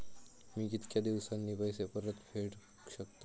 मी कीतक्या दिवसांनी पैसे परत फेडुक शकतय?